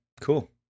Cool